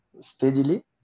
steadily